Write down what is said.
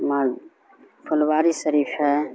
پھلواری شریف ہے